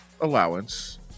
allowance